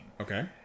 Okay